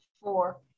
four